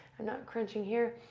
i'm not crunching here,